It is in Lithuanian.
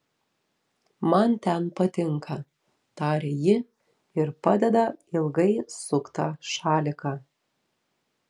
man ten patinka taria ji ir padeda ilgai suktą šaliką